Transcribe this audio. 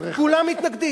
כולם מתנגדים.